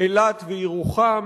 אילת וירוחם,